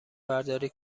برداری